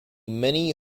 many